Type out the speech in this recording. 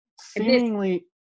seemingly